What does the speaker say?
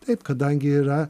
taip kadangi yra